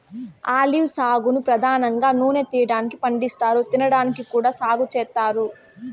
olive సాగును పధానంగా నూనె తీయటానికి పండిస్తారు, తినడానికి కూడా సాగు చేత్తారు